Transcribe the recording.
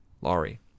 Laurie